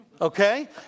okay